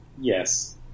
Yes